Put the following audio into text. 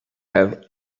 have